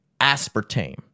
Aspartame